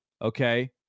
Okay